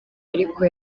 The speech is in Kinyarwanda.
ariko